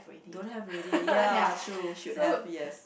don't have already ya true should have yes